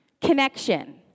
connection